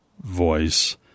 voice